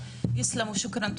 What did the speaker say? יסלאמו, שוקראן.